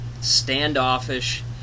standoffish